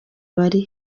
bari